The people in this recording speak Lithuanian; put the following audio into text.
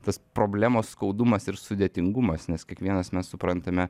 tas problemos skaudumas ir sudėtingumas nes kiekvienas mes suprantame